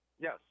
Yes